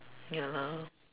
ya ha